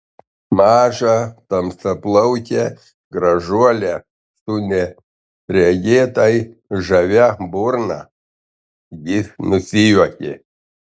mažą tamsiaplaukę gražuolę su neregėtai žavia burna jis nusijuokė